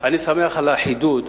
אני שמח על החידוד,